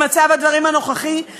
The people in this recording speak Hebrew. במצב הדברים כיום,